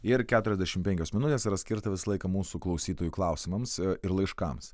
ir keturiasdešimt penkios minutės yra skirta visą laiką mūsų klausytojų klausimams ir laiškams